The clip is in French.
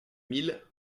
mille